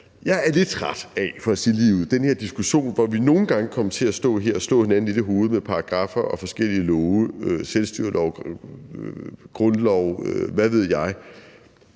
sige det ligeud, den her diskussion, hvor vi nogle gange kommer til at stå her og slå hinanden lidt i hovedet med paragraffer og forskellige love – selvstyrelov, grundlov og hvad ved jeg